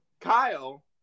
Kyle